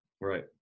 right